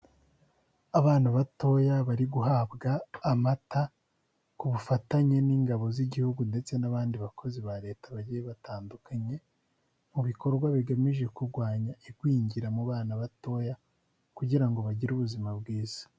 Abana batoya bari guhabwa amata ku bufatanye n'ingabo z'igihugu ndetse n'abandi bakozi ba leta bagiye batandukanye, mu bikorwa bigamije kurwanya igwingira mu bana batoya kugira ngo bagire ubuzima bwiza.